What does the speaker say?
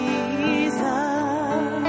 Jesus